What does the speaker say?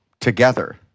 together